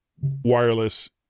wireless